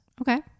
Okay